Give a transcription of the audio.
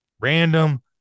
random